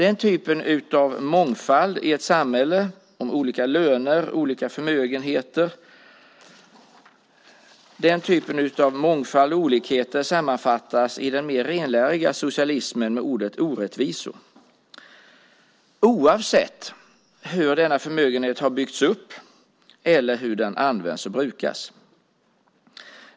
Den typen av mångfald i ett samhälle med olika löner och förmögenheter sammanfattas i den mer renläriga socialismen med ordet orättvisor, oavsett hur denna förmögenhet har byggts upp eller hur den används och brukas.